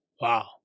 Wow